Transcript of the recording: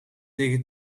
tegen